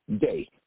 day